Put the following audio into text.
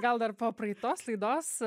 gal dar po praeitos laidos